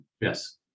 Yes